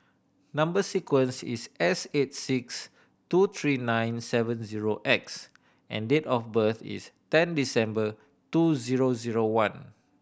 number sequence is S eight six two three nine seven zero X and date of birth is ten December two zero zero one